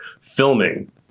filming